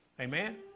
Amen